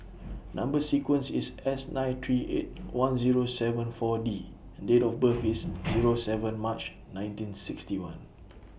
Number sequence IS S nine three eight one Zero seven four D and Date of birth IS Zero seven March nineteen sixty one